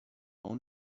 own